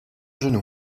genou